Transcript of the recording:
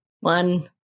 One